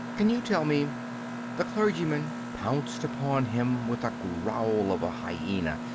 can you tell me the clergyman pounced upon him with a growl of a hyena,